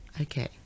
Okay